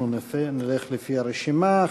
אנחנו נלך לפי הרשימה,